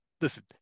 listen